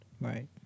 right